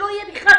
שלא יהיה בכלל,